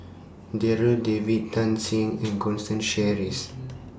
Darryl David Tan Shen and Constance Sheares